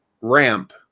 Ramp